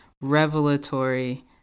revelatory